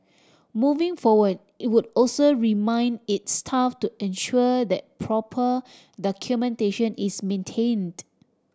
moving forward it would also remind its staff to ensure that proper documentation is maintained